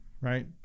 right